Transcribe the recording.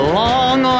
long